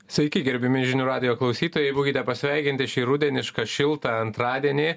sveiki gerbiami žinių radijo klausytojai būkite pasveikinti šį rudenišką šiltą antradienį